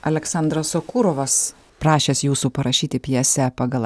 aleksandras sokurovas prašęs jūsų parašyti pjesę pagal